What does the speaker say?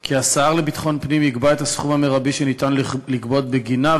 כי השר לביטחון פנים יקבע את הסכום המרבי שניתן לגבות בגינה,